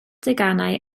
deganau